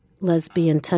lesbian